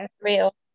real